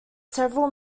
several